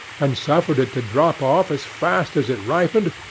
and suffered it to drop off as fast as it ripened,